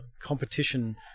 competition